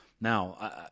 now